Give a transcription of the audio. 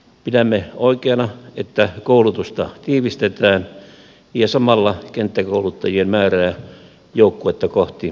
pidämme oikeana että koulutusta tiivistetään ja samalla kenttäkouluttajien määrää joukkuetta kohti lisätään